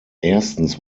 erstens